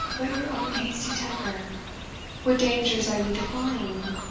but your own hasty temper what dangers are you defying,